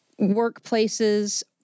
workplaces